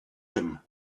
him